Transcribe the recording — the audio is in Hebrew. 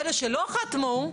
אלא שלא חתמו,